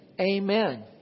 Amen